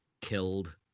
killed